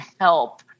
help